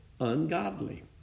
ungodly